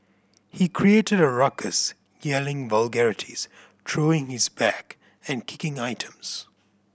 he created a ruckus yelling vulgarities throwing his bag and kicking items